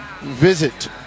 visit